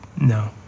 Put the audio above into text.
No